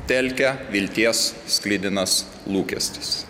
telkia vilties sklidinas lūkestis